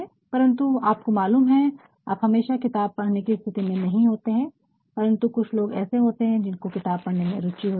परन्तु आप को मालूम है आप हमेशा किताब पढ़ने की स्थिति में नहीं होते है परन्तु कुछ लोग ऐसे होते है जिनको किताब पढ़ने में रूचि होती है